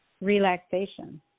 relaxation